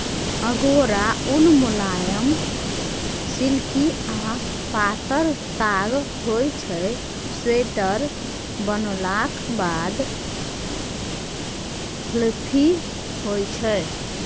अगोरा उन मुलायम, सिल्की आ पातर ताग होइ छै स्वेटर बनलाक बाद फ्लफी होइ छै